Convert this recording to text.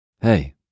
Hey